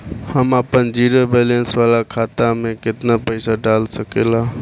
हम आपन zero balance वाला खाता मे केतना पईसा डाल सकेला?